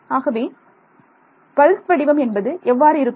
ஆகவே பல்ஸ் வடிவம் என்பது எவ்வாறு இருக்கும்